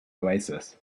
oasis